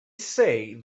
say